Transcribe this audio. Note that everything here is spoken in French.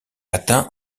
atteint